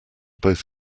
both